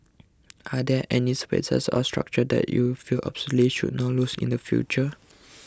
are there any spaces or structures that you feel absolutely should not lose in the future